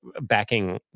backing